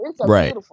right